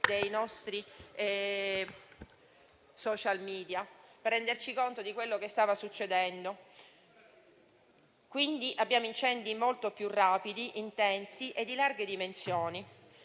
dei nostri *social media* per farci rendere conto di quello che stava succedendo. Abbiamo incendi molto più rapidi, intensi e di larghe dimensioni;